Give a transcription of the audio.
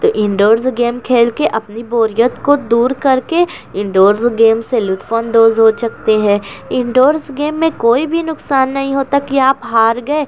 تو indoors game کھیل کے اپنی بوریت کو دور کر کے انڈورس گیم سے لطف اندوز ہو سکتے ہیں انڈورس گیم میں کوئی بھی نقصان نہیں ہوتا کہ آپ ہار گئے